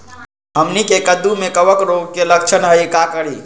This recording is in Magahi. हमनी के कददु में कवक रोग के लक्षण हई का करी?